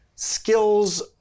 skills